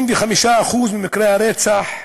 65% ממקרי הרצח,